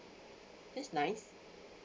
that's nice